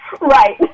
Right